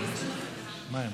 סליחה.